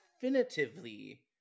definitively